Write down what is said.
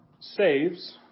saves